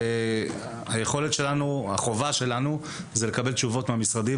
היכולת שלנו והחובה שלנו זה לקבל תשובות מהמשרדים